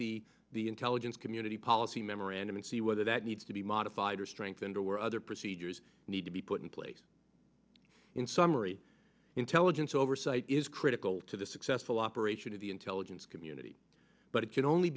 the the intelligence community policy memorandum and see whether that needs to be modified or strengthened or where other procedures need to be put in place in summary intelligence oversight is critical to the successful operation of the intelligence community but it can only